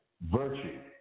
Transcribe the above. virtue